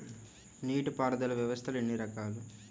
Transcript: నీటిపారుదల వ్యవస్థలు ఎన్ని రకాలు?